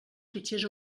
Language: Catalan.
fitxers